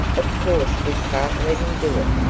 of course we can't let him do it,